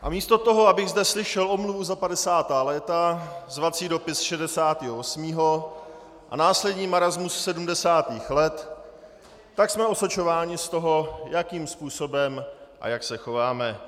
A místo toho, abych zde slyšel omluvu za 50. léta, zvací dopis ze 68. a následný marasmus 70. let, tak jsme osočováni z toho, jakým způsobem a jak se chováme.